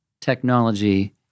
technology